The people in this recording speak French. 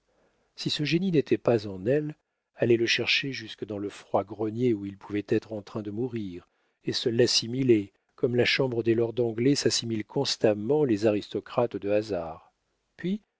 si ce génie n'était pas en elle aller le chercher jusque dans le froid grenier où il pouvait être en train de mourir et se l'assimiler comme la chambre des lords anglais s'assimile constamment les aristocrates de hasard puis